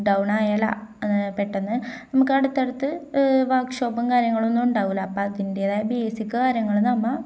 ഡൗണായാലോ പെട്ടെന്ന് നമുക്കടുത്തടുത്ത് വർക്ക് ഷോപ്പും കാര്യങ്ങളൊന്നും ഉണ്ടാവുകയില്ല അപ്പോള് അതിന്റേതായ ബേസിക് കാര്യങ്ങള് നമ്മള്